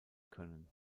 können